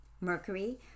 mercury